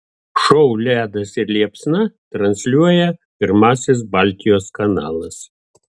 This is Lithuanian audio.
šou ledas ir liepsna transliuoja pirmasis baltijos kanalas